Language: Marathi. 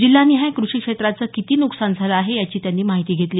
जिल्हानिहाय कृषीक्षेत्राचं किती नुकसान झालं आहे याची त्यांनी माहिती घेतली